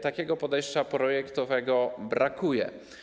Takiego podejścia projektowego brakuje.